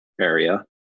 area